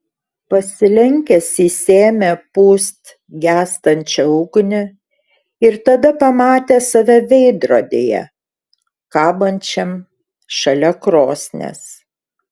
pasilenkęs jis ėmė pūst gęstančią ugnį ir tada pamatė save veidrodyje kabančiam šalia krosnies